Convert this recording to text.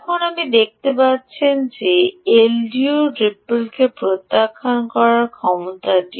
এখন আপনি দেখতে পাচ্ছেন যে এলডিও র রিপলকে প্রত্যাখ্যান করার ক্ষমতাটি